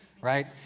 Right